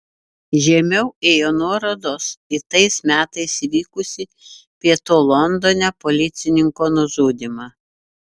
žemiau ėjo nuorodos į tais metais įvykusį pietų londone policininko nužudymą